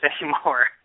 anymore